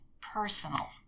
personal